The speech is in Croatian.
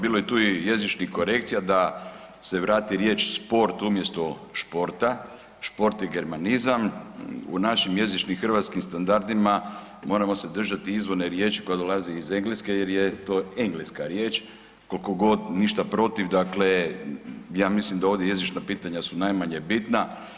Bilo je tu i jezičnih korekcija da se vrati riječ sport umjesto športa, šport je germanizam, u našim jezičnim hrvatskim standardima moramo se držati izvorne riječi koja dolazi iz Engleske jer je to engleska riječ koliko god ništa protiv, dakle ja mislim da ovdje jezična pitanja su najmanje bitna.